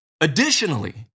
Additionally